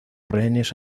rehenes